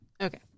Okay